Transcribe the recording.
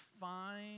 find